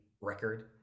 record